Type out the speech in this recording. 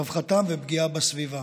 על רווחתם ופגיעה בסביבה.